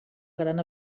gran